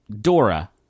Dora